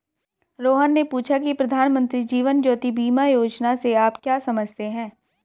रोहन ने पूछा की प्रधानमंत्री जीवन ज्योति बीमा योजना से आप क्या समझते हैं?